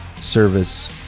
service